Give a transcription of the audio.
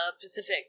Pacific